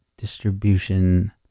Distribution